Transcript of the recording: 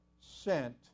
sent